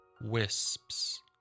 Wisps